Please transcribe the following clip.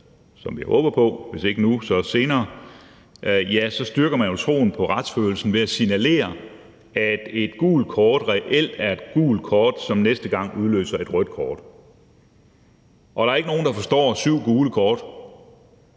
jeg håber på – hvis ikke nu, så senere – styrker man retsfølelsen ved at signalere, at et gult kort reelt er et gult kort, som næste gang udløser et rødt kort. Der er ikke nogen, der forstår syv gule kort